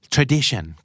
Tradition